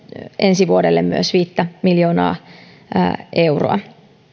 ensi vuodelle viittä miljoonaa euroa